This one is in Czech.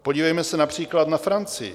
Podívejme se například na Francii.